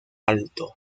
alto